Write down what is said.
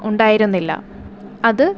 ഉണ്ടായിരുന്നില്ല അത്